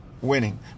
winning